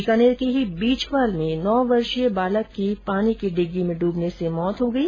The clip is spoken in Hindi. बीकानेर के ही बीचवाल में नौ वर्षीय बालक की पानी की डिग्गी में डूबने से मौत हो गई